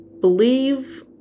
believe